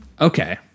okay